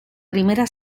primera